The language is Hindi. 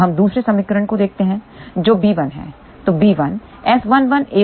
अब हम दूसरे समीकरण को देखते हैं जो b1 है